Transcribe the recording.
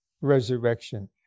resurrection